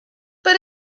but